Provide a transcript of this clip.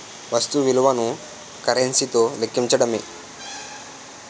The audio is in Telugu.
వస్తు విలువను కరెన్సీ తో లెక్కించడమే